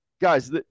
guys